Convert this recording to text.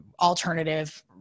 alternative